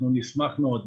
אנחנו נשמח מאוד.